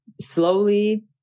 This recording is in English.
slowly